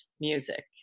music